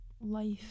life